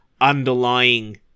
underlying